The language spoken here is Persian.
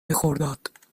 خرداد